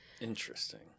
Interesting